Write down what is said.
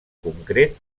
concret